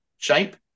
Shape